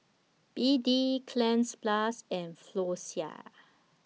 B D Cleanz Plus and Floxia